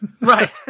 Right